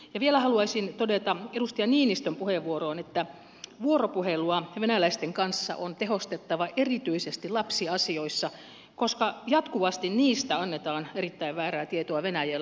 vielä haluaisin todeta edustaja niinistön puheenvuoroon että vuoropuhelua venäläisten kanssa on tehostettava erityisesti lapsiasioissa koska jatkuvasti niistä annetaan erittäin väärää tietoa venäjällä